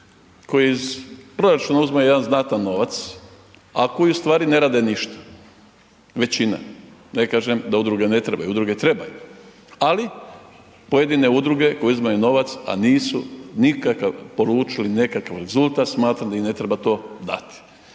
koji iz proračuna uzima jedan znatan novac, a koji ustvari ne rade ništa, većina, ne kažem da udruge ne trebaju, udruge trebaju. Ali, pojedine ugovore, koje uzimaju novac, a nisu nikakav poručili nekakav rezultat smatram da im ne treba to dati.